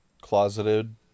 closeted